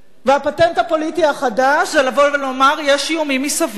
והפטנט הפוליטי החדש זה לבוא ולומר: יש איומים מסביב.